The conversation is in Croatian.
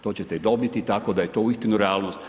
To ćete dobiti tako da je to uistinu realnost.